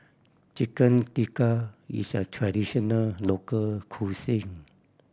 Chicken Tikka is a traditional local cuisine